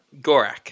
Gorak